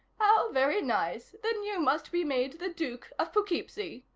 very nice. then you must be made the duke of poughkeepsie.